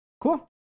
Cool